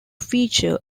feature